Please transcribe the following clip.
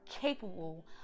capable